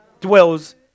dwells